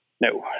No